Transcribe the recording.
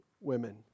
women